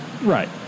Right